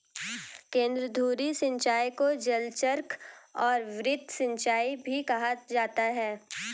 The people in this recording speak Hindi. केंद्रधुरी सिंचाई को जलचक्र और वृत्त सिंचाई भी कहा जाता है